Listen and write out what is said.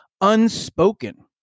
unspoken